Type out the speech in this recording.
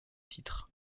titres